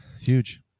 Huge